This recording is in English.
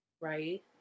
Right